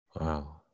Wow